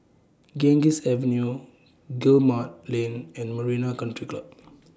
Ganges Avenue Guillemard Lane and Marina Country Club